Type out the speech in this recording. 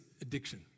addiction